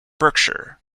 berkshire